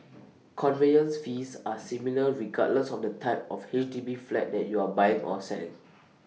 conveyance fees are similar regardless of the type of H D B flat that you are buying or selling